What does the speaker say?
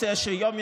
בבקשה, אדוני,